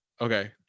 okay